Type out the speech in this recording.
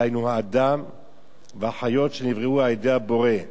דהיינו האדם והחיות שנבראו על-ידי הבורא.